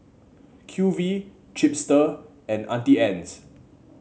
Q V Chipster and Auntie Anne's